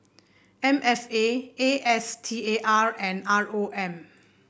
M F A A S T A R and R O M